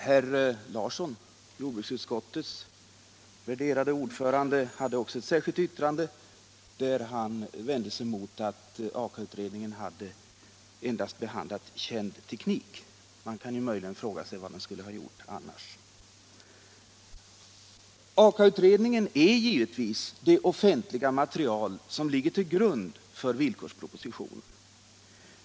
Herr Einar Larsson, jordbruksutskottets värderade ordförande, hade också ett särskilt yttrande där han vände sig mot att Aka-utredningen endast hade behandlat känd teknik. Man kan möjligen fråga sig vad den annars skulle ha behandlat. Aka-utredningen är givetvis det offentliga material som ligger till grund för villkorspropositionen.